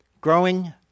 Growing